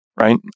right